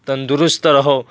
تندرست رہو